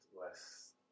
less